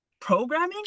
Programming